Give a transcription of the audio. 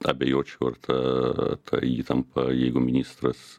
abejočiau ar ta ta įtampa jeigu ministras